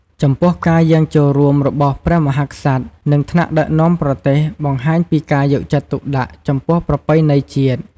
ចំពោះការយាងចូលរួមរបស់ព្រះមហាក្សត្រ និងថ្នាក់ដឹកនាំប្រទេស បង្ហាញពីការយកចិត្តទុកដាក់ចំពោះប្រពៃណីជាតិ។